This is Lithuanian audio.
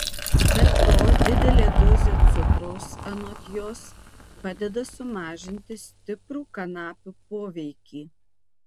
be to didelė dozė cukraus anot jos padeda sumažinti stiprų kanapių poveikį